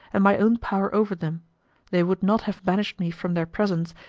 and my own power over them they would not have banished me from their presence,